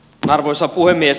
arvoisa puhemies